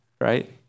right